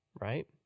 right